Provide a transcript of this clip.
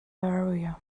area